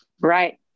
Right